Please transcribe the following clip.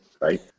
right